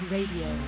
Radio